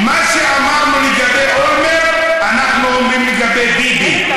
את מה שאמרנו לגבי אולמרט אנחנו אומרים לגבי ביבי.